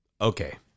Okay